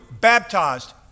baptized